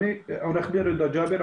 אני עורך דין רדה ג'אבר,